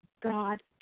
God